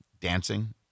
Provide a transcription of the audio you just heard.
dancing